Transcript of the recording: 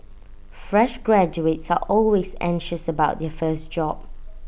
fresh graduates are always anxious about their first job